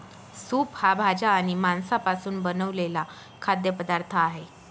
soup हा भाज्या आणि मांसापासून बनवलेला खाद्य पदार्थ आहे